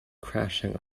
crashing